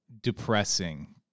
depressing